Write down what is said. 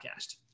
podcast